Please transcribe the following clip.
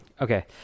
Okay